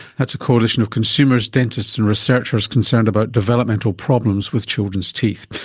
that's a coalition of consumers, dentists and researchers concerned about developmental problems with children's teeth.